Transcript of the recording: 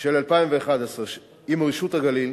של 2011 עם רשות הגליל,